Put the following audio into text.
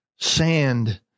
sand